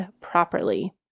properly